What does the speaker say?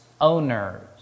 owners